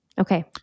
okay